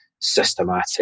systematic